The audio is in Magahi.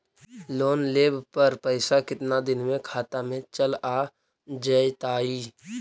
लोन लेब पर पैसा कितना दिन में खाता में चल आ जैताई?